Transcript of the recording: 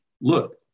look